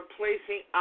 placing